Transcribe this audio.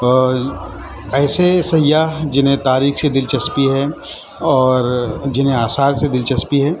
اور ایسے سیاح جنہیں تاریخ سے دلچسپی ہے اور جنہیں آثار سے دلچسپی ہے